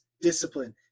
discipline